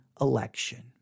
election